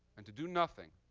and to do nothing